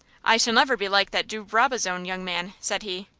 i shall never be like that de brabazon young man, said he.